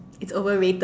it's overrated